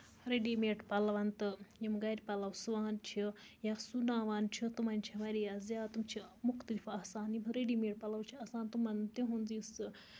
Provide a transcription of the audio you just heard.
ready made پَلوَن تہٕ یِم گرِ پَلَو سُوان چھِ یا سُوناوان چھِ تِمَن چھِ واریاہ زیادٕ تِم چھِ مُختٔلِف آسان یِم ریڈی میڈ پَلو چھِ آسان تِمَن تُہُند یُس سُہ